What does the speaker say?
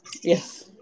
Yes